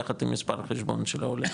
יחד עם מספר חשבון של העולה,